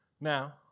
Now